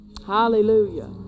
Hallelujah